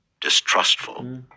distrustful